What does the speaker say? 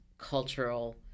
cultural